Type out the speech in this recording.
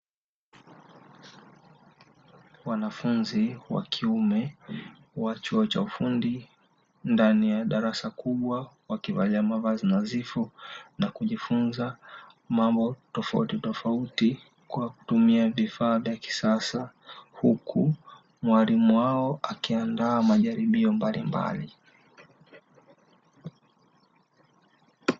Mwanafunzi wa kiume wa chuo cha ufundi ndani ya darasa kubwa wakivalia mavazi nadhifu na kujifunza mambo tofautitofauti kwa kutumia vifaa vya kisasa, huku mwalimu wao akiandaa majaribio mbalimbali.